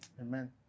Amen